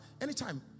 anytime